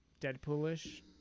deadpoolish